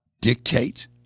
dictate